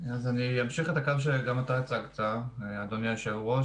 אמשיך את הקו שגם אתה הצגת אדוני היו"ר,